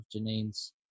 Janine's